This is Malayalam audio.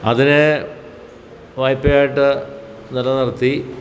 അതിനെ വായ്പയായിട്ടു നിലനിർത്തി